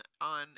on